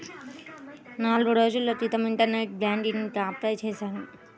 నాల్గు రోజుల క్రితం ఇంటర్నెట్ బ్యేంకింగ్ కి అప్లై చేశాను